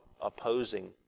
opposing